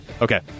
okay